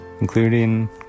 including